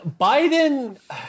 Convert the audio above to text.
Biden